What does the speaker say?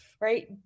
right